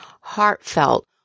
heartfelt